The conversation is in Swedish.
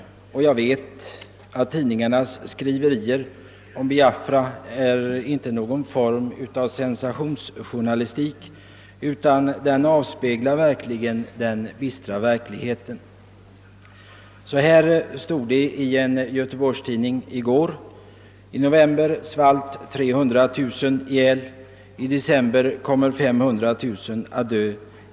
Tidningarnas skriverier om Biafra är inte något utslag av sensationsjournalistik utan avspeglar den trista verkligheten. Så här stod det i en göteborgstidning i går: »I november svalt 300 000 ihjäl. I december kommer 500 000 att dö.